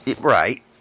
Right